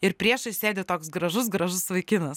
ir priešais sėdi toks gražus gražus vaikinas